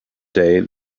day